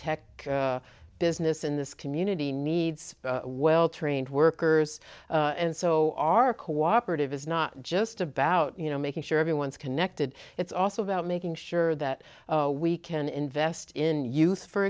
tech business in this community needs well trained workers and so our cooperative is not just about you know making sure everyone's connected it's also about making sure that we can invest in youth for